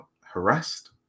harassed